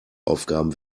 aufgaben